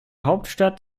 hauptstadt